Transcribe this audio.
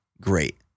great